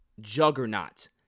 juggernaut